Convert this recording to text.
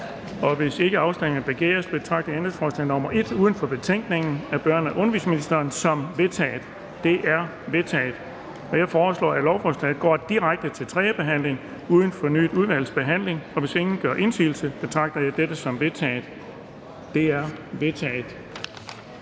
Hvis ikke afstemning begæres, betragter jeg ændringsforslag nr. 1 uden for betænkningen af børne- og undervisningsministeren, som vedtaget. Det er vedtaget. Jeg foreslår, at lovforslaget går direkte til tredje behandling uden fornyet udvalgsbehandling. Hvis ingen gør indsigelse, betragter jeg dette som vedtaget. Det er vedtaget.